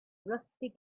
rusty